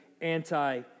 anti